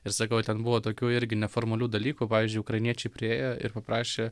ir sakau ten buvo tokių irgi neformalių dalykų pavyzdžiui ukrainiečiai priėjo ir paprašė